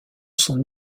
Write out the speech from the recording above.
son